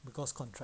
because contract